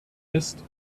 ist